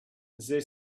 they